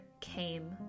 came